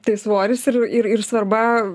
tai svoris ir ir ir svarba